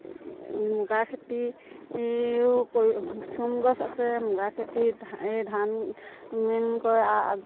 মুগাৰ খেতিও কৰি চোম গছ আছে মুগাৰ খেতি ধান মীন কৰা